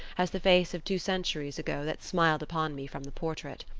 as the face of two centuries ago that smiled upon me from the portrait.